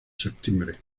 septiembre